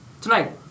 tonight